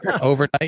Overnight